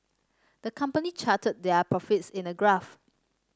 the company charted their profits in a graph